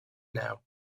now